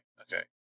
okay